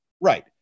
Right